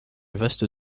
vaste